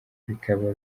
bikaba